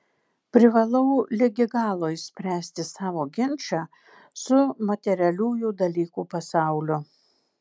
privalau ligi galo išspręsti savo ginčą su materialiųjų dalykų pasauliu